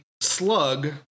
slug